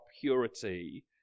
purity